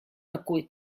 какой